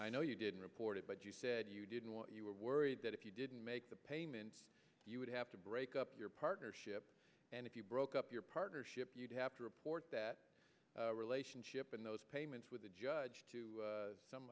i know you didn't report it but you said you didn't want you were worried that if you didn't make the payments you would have to break up your partnership and if you broke up your partnership you'd have to report that relationship in those payments with the judge to